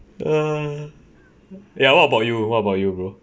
ya what about you what about you bro